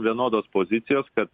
vienodos pozicijos kad